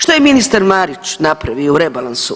Što je ministar Marić napravio u rebalansu?